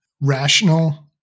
rational